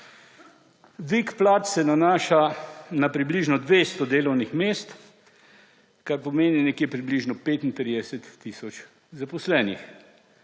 Dvig plač se nanaša na približno 200 delovnih mest, kar pomeni nekje približno 35 tisoč zaposlenih.